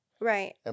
Right